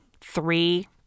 three